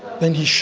then he